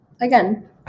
again